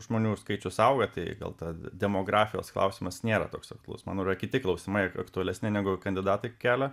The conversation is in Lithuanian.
žmonių skaičius auga tai gal ta demografijos klausimas nėra toks aktualus mano yra kiti klausimai ak aktualesni negu kandidatai kelia